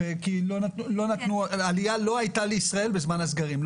כי לא הייתה עליה לישראל בזמן הסגרים.